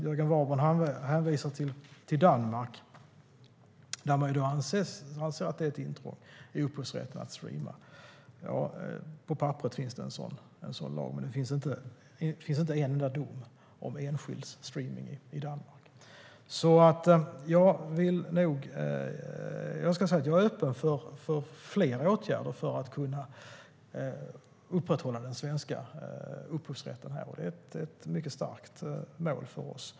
Jörgen Warborn hänvisar till Danmark där det anses vara ett intrång i upphovsrätten att streama. Det finns en sådan lag på papperet. Men det finns inte en enda dom av enskild streamning i Danmark. Jag är öppen för fler åtgärder för att kunna upprätthålla den svenska upphovsrätten. Det är ett mycket starkt mål för oss.